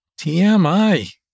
TMI